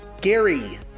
Gary